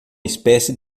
espécie